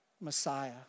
Messiah